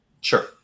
Sure